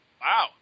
Wow